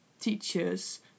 teachers